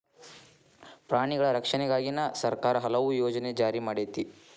ಪ್ರಾಣಿಗಳ ರಕ್ಷಣೆಗಾಗಿನ ಸರ್ಕಾರಾ ಹಲವು ಯೋಜನೆ ಜಾರಿ ಮಾಡೆತಿ